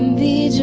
the